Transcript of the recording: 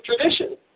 tradition